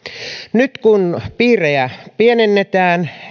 nyt kun piirejä pienennetään